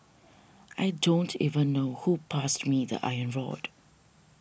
I don't even know who passed me the iron rod